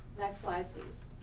next slide, please.